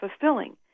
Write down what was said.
fulfilling